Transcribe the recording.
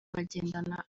bagendana